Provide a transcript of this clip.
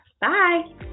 Bye